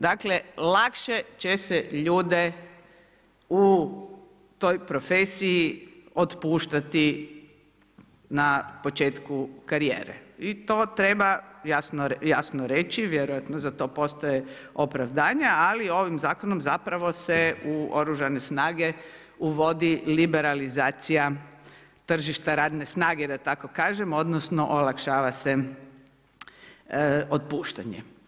Dakle lakše će se ljude u toj profesiji otpuštati na početku karijere i to treba jasno reći, vjerojatno za to postoje opravdanja, ali ovim zakonom zapravo se u oružane snage uvodi liberalizacija tržišta radne snage da tako kažem odnosno olakšava se otpuštanje.